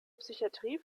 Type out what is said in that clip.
psychiatrie